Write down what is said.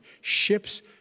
ships